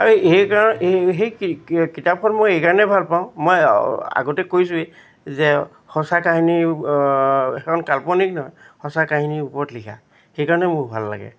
আৰু সেইকাৰণে সেই সেই কিতাপখন মই এইকাৰণেই ভাল পাওঁ মই আগতে কৈছোঁৱেই যে সঁচা কাহিনীৰ সেইখন কাল্পনিক নহয় সঁচা কাহিনীৰ ওপৰত লিখা সেইকাৰণে মোৰ ভাল লাগে